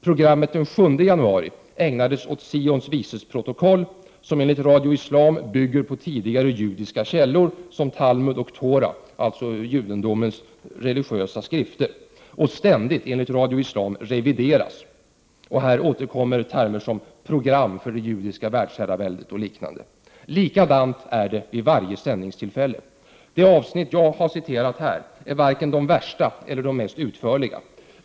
Programmet den 7 januari ägnades åt Sions vices protokoll, som enligt Radio Islam bygger på tidigare judiska källor som Talmud och Tora — alltså judendomens religiösa skrifter — och ständigt revideras. Och här återkommer termer som ”program för det judiska världsherraväldet” och liknande. Likadant är det vid varje sändningstillfälle. Det avsnitt som jag har citerat är varken värst eller mest utförligt.